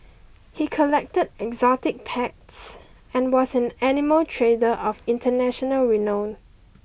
he collected exotic packs and was an animal trader of international renown